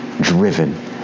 Driven